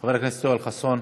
חבר הכנסת יואל חסון,